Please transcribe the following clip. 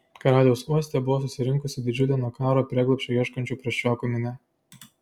karaliaus uoste buvo susirinkusi didžiulė nuo karo prieglobsčio ieškančių prasčiokų minia